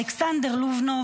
אלכסנדר לובנוב,